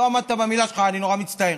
לא עמדת במילה שלך, אני נורא מצטער.